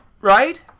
Right